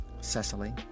Cecily